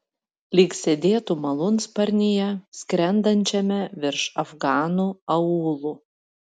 lyg sėdėtų malūnsparnyje skrendančiame virš afganų aūlų